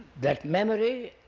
that memory